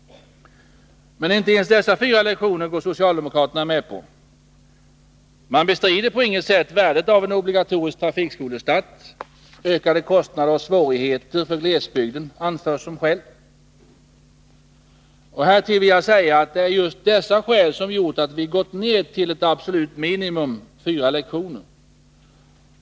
Men inte ens dessa fyra lektioner går socialdemokraterna med på. De bestrider på inget sätt värdet av en obligatorisk trafikskolestart, men de anför att förslaget skulle medföra ökade kostnader och svårigheter för glesbygden. Härtill vill jag säga att det är just dessa skäl som har gjort att vi gått ned till ett absolut minimum, nämligen fyra lektioner.